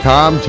Tom